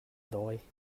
dawi